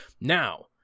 Now